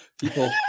people